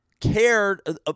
cared –